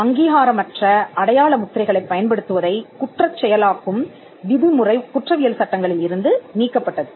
அங்கீகாரமற்ற அடையாள முத்திரைகளைப் பயன்படுத்துவதைக் குற்றச் செயலாக்கும் விதிமுறை குற்றவியல் சட்டங்களில் இருந்து நீக்கப்பட்டது